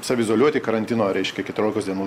saviizoliuoti karantino reiškia keturiolikos dienų